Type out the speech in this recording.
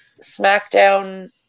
SmackDown